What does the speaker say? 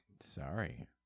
Sorry